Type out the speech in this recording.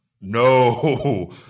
No